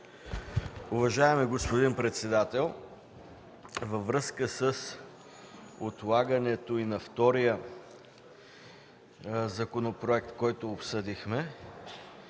Уважаеми господин председател, във връзка с отлагането и на втория законопроект, който обсъдихме,